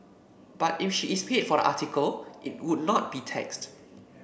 but if she is paid for the article it would not be taxed